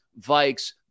Vikes